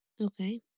Okay